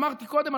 אמרתי קודם,